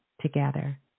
together